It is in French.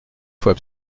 faut